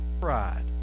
pride